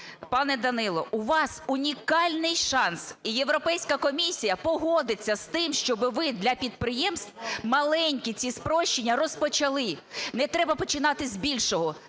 Пане Данило, у вас унікальний шанс, і Європейська комісія погодиться з тим, щоби ви для підприємств маленькі ці спрощення розпочали. Не треба починати з більшого,